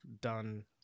done